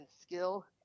skill